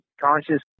conscious